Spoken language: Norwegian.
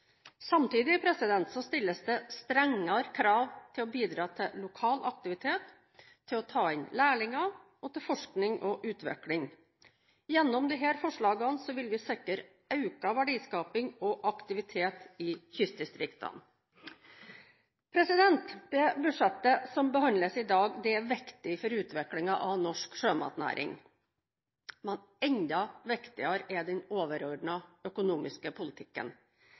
stilles det strengere krav til å bidra til lokal aktivitet, til å ta inn lærlinger og til forskning og utvikling. Gjennom disse forslagene vil vi sikre økt verdiskaping og aktivitet i kystdistriktene. Det budsjettet som behandles i dag, er viktig for utviklingen av norsk sjømatnæring. Men enda viktigere er den overordnede økonomiske politikken.